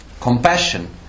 Compassion